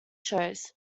shows